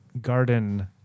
garden